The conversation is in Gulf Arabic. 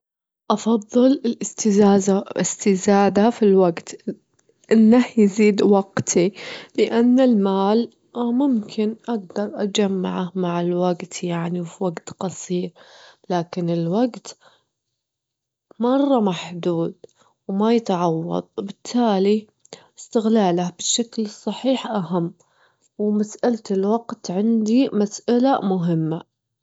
أفضل الإستزادة- الإستزادة في الوجت، إنه يزيد وقتي، إنما المال اه ممكن أجدر أجمعه مع الوجت يعني وفي وجت قصير، لكن الوجت مرة محدود وما يتعوض، بالتالي استغلاله بشكل صحيح أهم، ومسألة الوجت عندي مسألة مهمة.